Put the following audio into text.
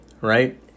right